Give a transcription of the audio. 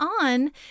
on